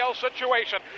situation